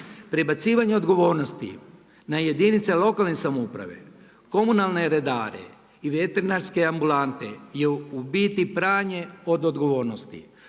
Prebacivanje odgovornosti na jedinice lokalne samouprave, komunalne redare i veterinarske ambulante je u biti pranje od odgovornosti.